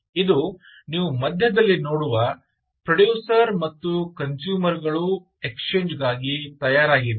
ಆದ್ದರಿಂದ ಇದು ನೀವು ಮಧ್ಯದಲ್ಲಿ ನೋಡುವ ಪ್ರೊಡ್ಯೂಸರ್ ಮತ್ತು ಕನ್ಸೂಮರ್ ಗಳು ಎಕ್ಸ್ಚೇಂಜ್ ಗಾಗಿ ತಯಾರಿವೆ